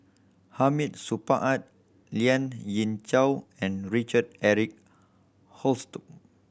Hamid Supaat Lien Ying Chow and Richard Eric Holttum